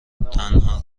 تنها